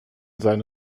seine